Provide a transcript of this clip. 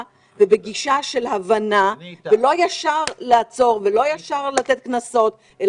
ובגישה של הבנה ולא ישר לעצור ולא ישר לתת קנסות,